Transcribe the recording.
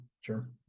sure